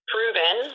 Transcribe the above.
Proven